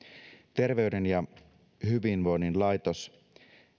terveyden ja hyvinvoinnin laitos